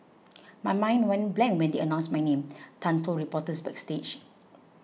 my mind went blank when they announced my name Tan told reporters backstage